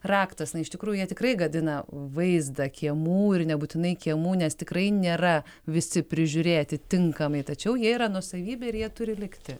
raktas na iš tikrųjų jie tikrai gadina vaizdą kiemų ir nebūtinai kiemų nes tikrai nėra visi prižiūrėti tinkamai tačiau jie yra nuosavybė ir jie turi likti